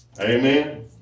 Amen